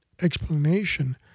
explanation